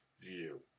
view